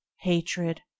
hatred